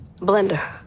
Blender